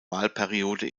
wahlperiode